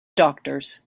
doctors